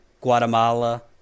Guatemala